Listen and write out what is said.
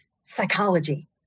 psychology